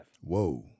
Whoa